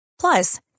Plus